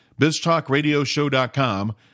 biztalkradioshow.com